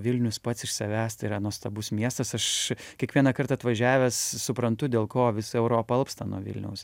vilnius pats iš savęs tai yra nuostabus miestas aš kiekvienąkart atvažiavęs suprantu dėl ko visa europa alpsta nuo vilniaus